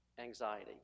anxiety